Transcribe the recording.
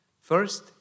First